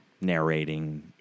narrating